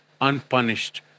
unpunished